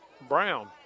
Brown